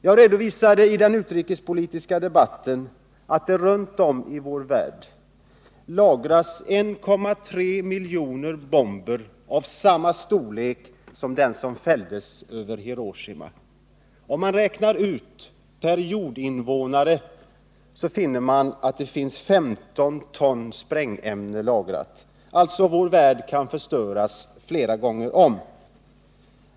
Jag redovisade i den utrikespolitiska debatten att det runt om i vår värld lagras 1,3 miljoner bomber av samma slag som den som fälldes över Hiroshima. Om man gör en fördelning av det sprängämne som finns lagrat finner man att det är 15 ton per jordinvånare. Vår värld kan alltså förstöras flera gånger om.